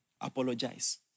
Apologize